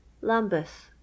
Lambeth